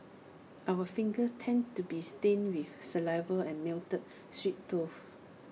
our fingers tended to be stained with saliva and melted sweet though